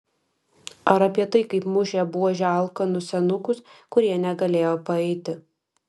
ar apie tai kaip mušė buože alkanus senukus kurie negalėjo paeiti